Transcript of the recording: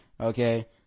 Okay